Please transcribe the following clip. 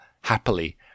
happily